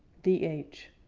d h.